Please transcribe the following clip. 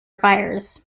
fires